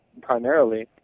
primarily